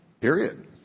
Period